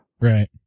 Right